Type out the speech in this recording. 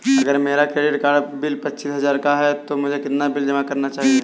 अगर मेरा credit card bill पच्चीस हजार का है तो मुझे कितना बिल जमा करना चाहिए?